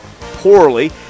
poorly